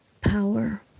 power